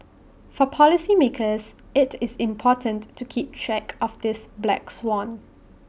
for policymakers IT is important to keep track of this black swan